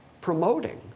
promoting